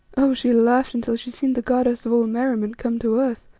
oh! she laughed until she seemed the goddess of all merriment come to earth,